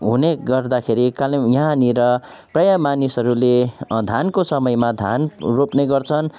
हुने गर्दाखेरि कालिम यहाँनिर प्रायः मानिसहरूले धानको समयमा धान रोप्ने गर्छन्